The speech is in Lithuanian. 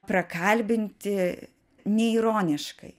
prakalbinti ne ironiškai